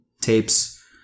tapes